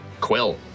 Quill